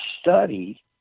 study